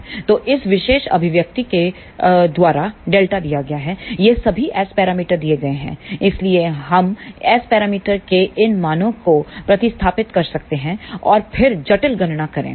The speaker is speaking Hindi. तो इस विशेष अभिव्यक्ति के द्वारा Δ दिया गया है ये सभी S पैरामीटर दिए गए हैं इसलिए हम S पैरामीटर्स के इन मानों को प्रतिस्थापित कर सकते हैं और फिर जटिल गणना करें